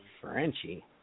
Frenchie